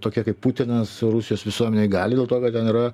tokie kaip putinas rusijos visuomenei gali dėl to kad ten yra